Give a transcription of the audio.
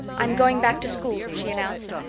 i'm going back to school, she announced.